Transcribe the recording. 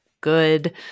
good